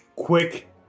Quick